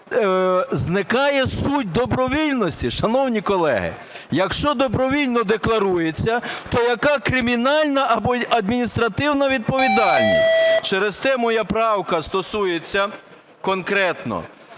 зникає суть добровільності. Шановні колеги, якщо добровільно декларується, то яка кримінальна або адміністративна відповідальність? Через те моя правка стосується конкретно